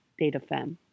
DataFem